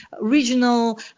regional